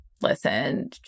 listen